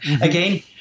again